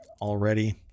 already